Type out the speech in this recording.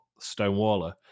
Stonewaller